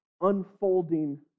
unfolding